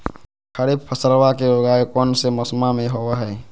खरीफ फसलवा के उगाई कौन से मौसमा मे होवय है?